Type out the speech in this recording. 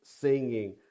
singing